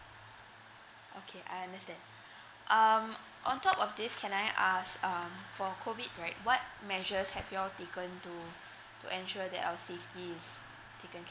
okay I understand um on top of this can I ask um for COVID right what measures have you all taken to to ensure that our safety is taken